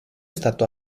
stato